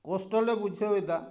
ᱠᱚᱥᱴᱚ ᱞᱮ ᱵᱩᱡᱷᱟᱹᱣ ᱮᱫᱟ